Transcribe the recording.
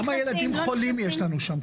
רגע, כמה ילדים חולים יש לנו שם?